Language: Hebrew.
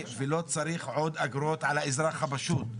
ולא צריך להטיל עוד אגרות על האזרח הפשוט.